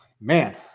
Man